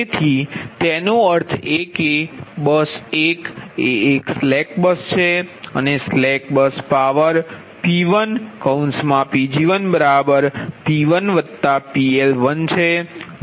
તેથી તેનો અર્થ એ છે કે બસ 1 એ એક સ્લેક બસ છે અને સ્લેક બસ પાવર P1Pg1P1PL1છે